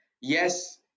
yes